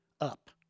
up